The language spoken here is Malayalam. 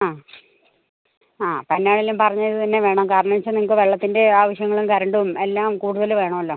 ആ ആ അപ്പം എന്നാ വല്ലതും പറഞ്ഞത് തന്നെ വേണം കാർണെച്ചാ നിങ്ങൾക്ക് വെള്ളത്തിൻ്റെ ആവശ്യങ്ങളും കരണ്ടും എല്ലാം കൂടുതൽ വേണമല്ലോ